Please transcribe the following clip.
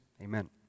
Amen